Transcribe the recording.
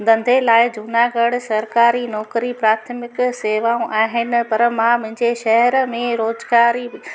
धंधे लाइ जूनागढ़ सरकारी प्राथमिक शेवाऊं आहिनि पर मां मुंहिंजे शहर में रोज़गारी